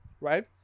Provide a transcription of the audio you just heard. right